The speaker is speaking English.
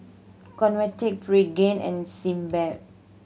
Convatec Pregain and Sebamed